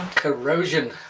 corrosion.